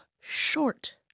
short